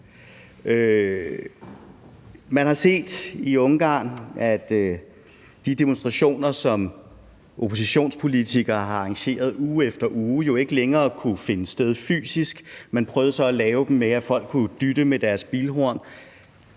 Man har set i Ungarn, at de demonstrationer, som oppositionspolitikere har arrangeret uge efter uge, jo ikke længere kunne finde sted fysisk. Man prøvede så at lave dem med, at folk kunne dytte med deres bilhorn.